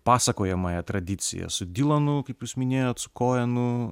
pasakojamąja tradicija su dylanu kaip jūs minėjot su koenu